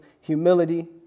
humility